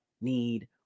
need